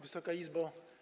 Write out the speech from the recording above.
Wysoka Izbo!